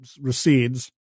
recedes